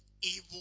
evil